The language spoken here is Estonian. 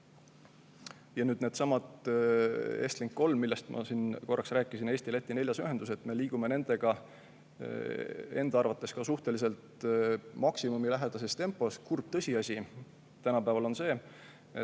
ühendused, Estlink 3, millest ma siin korraks rääkisin, ja Eesti-Läti neljas ühendus. Me liigume nendega enda arvates suhteliselt maksimumi lähedases tempos. Kurb tõsiasi tänapäeval on see, et